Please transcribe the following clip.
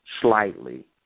slightly